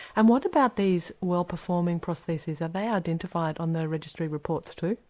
and what about these well performing protheses, are they identified on the registry reports too?